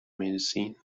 medicine